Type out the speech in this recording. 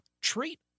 Treat